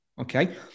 okay